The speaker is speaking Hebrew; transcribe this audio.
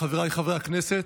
חבריי חברי הכנסת,